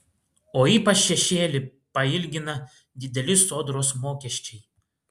o ypač šešėlį pailgina dideli sodros mokesčiai